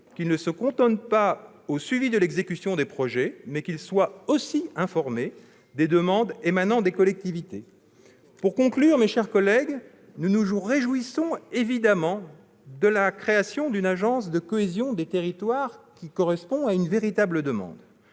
qu'ils ne se cantonnent pas au suivi de l'exécution des projets, mais qu'ils soient aussi informés des demandes émanant des collectivités. Pour conclure, mes chers collègues, nous nous réjouissons évidemment de la création d'une agence nationale de la cohésion des territoires, qui répond à une véritable demande.